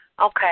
Okay